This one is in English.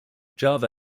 java